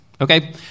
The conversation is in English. Okay